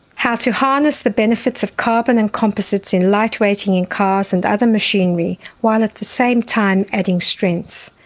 how to harness the benefits of carbon and composites in light-weighting in cars and other machinery, while at the same time adding strength.